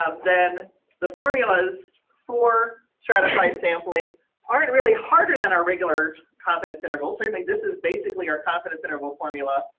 then the formulas for stratified sampling aren't really harder than our regular competence intervals. i mean, and like this is basically our confidence interval formula,